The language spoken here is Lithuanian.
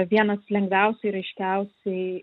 vienas lengviausiai ir aiškiausiai